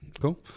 cool